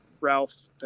Ralph